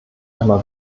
einmal